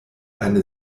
eine